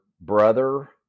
brother